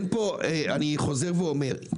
אני חוזר ואומר,